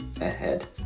ahead